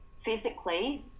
physically